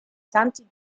santi